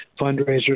fundraisers